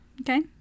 Okay